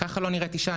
ככה לא נראית אישה,